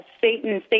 Satan